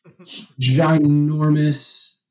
ginormous